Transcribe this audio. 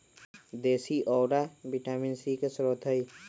देशी औरा vitamin C के स्रोत हई